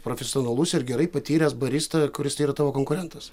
profesionalus ir gerai patyręs barista kuris yra tavo konkurentas